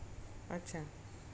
अच्छा